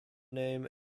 name